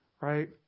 Right